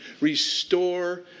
Restore